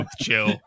Chill